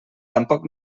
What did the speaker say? tampoc